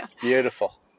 Beautiful